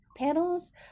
panels